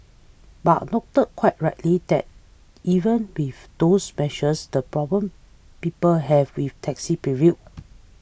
but noted quite rightly that even with those measures the problem people have with taxi prevail